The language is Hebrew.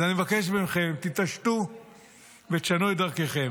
אז אני מבקש מכם, תתעשתו ותשנו את דרככם.